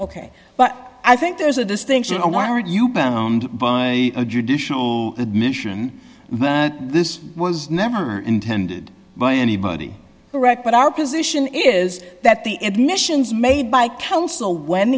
ok but i think there's a distinction aren't you bound by a judicial admission but this was never intended by anybody correct but our position is that the admissions made by counsel when